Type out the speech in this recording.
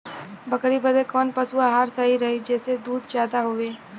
बकरी बदे कवन पशु आहार सही रही जेसे दूध ज्यादा होवे?